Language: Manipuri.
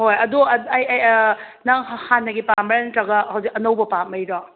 ꯍꯣꯏ ꯑꯗꯣ ꯑꯩ ꯑꯩ ꯑꯩ ꯅꯪ ꯍꯥꯟꯅꯒꯤ ꯄꯥꯝꯕ꯭ꯔꯥ ꯅꯠꯇ꯭ꯔꯒ ꯍꯧꯖꯤꯛ ꯑꯅꯧꯕ ꯄꯥꯝꯕꯩꯔꯣ